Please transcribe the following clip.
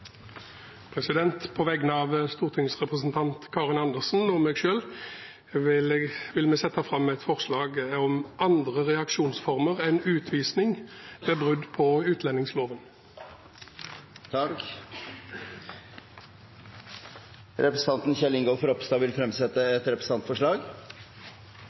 På vegne av stortingsrepresentanten Karin Andersen og meg selv vil jeg sette fram et forslag om andre reaksjonsformer enn utvisning ved brudd på utlendingsloven. Representanten Kjell Ingolf Ropstad vil fremsette